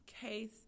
case